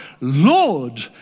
Lord